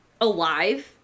alive